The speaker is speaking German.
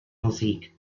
musik